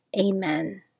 Amen